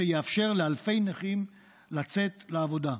שיאפשר לאלפי נכים לצאת לעבודה,